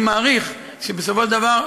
אני מעריך שבסופו של דבר,